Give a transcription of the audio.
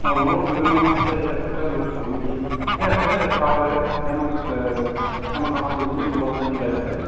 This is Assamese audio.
অ মোৰো দুজনমান আছে সিহঁতকে লগ ধৰোঁ নেকি ইয়াতে গাঁৱৰে এই আমাৰ আমাৰ কাষতে যে মোৰ লগতে যে যাই থাকে